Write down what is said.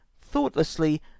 thoughtlessly